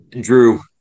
Drew